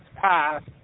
passed